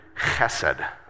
chesed